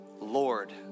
Lord